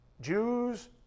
Jews